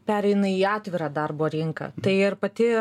pereina į atvirą darbo rinką tai ir pati